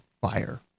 fire